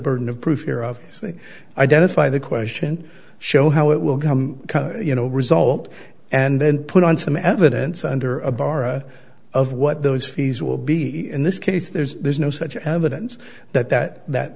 burden of proof here of saying identify the question show how it will come you know result and then put on some evidence under a bara of what those fees will be in this case there's there's no such evidence that that that